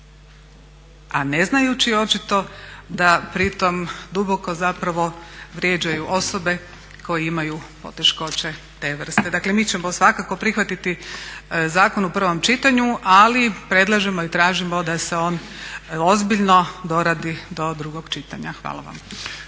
a ne znajući očito da pritom duboko zapravo vrijeđaju osobe koji imaju poteškoće te vrste. Dakle, mi ćemo svakako prihvatiti zakon u prvom čitanju, ali predlažemo i tražimo da se on ozbiljno doradi do drugog čitanja. Hvala vam.